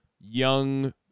young